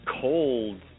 cold